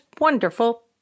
wonderful